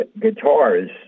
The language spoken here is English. guitars